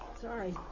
Sorry